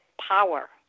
power